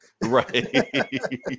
right